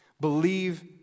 believe